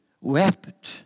wept